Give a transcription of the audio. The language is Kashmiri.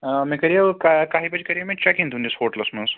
ٲں مےٚ کَریٛاو کاہِ بجہِ کَریٛاو مےٚ چیٚک اِن تُہنٛدس ہوٹلس منٛز